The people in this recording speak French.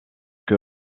que